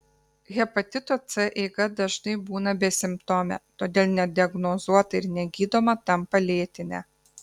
hepatito c eiga dažnai būna besimptomė todėl nediagnozuota ir negydoma tampa lėtine